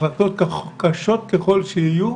החלטות, קשות ככל שיהיו,